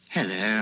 Hello